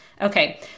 Okay